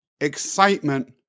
excitement